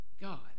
God